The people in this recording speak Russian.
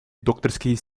докторские